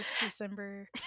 December